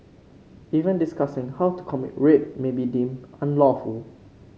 even discussing how to commit rape may be deemed unlawful